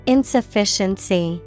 Insufficiency